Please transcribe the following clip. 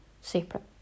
separate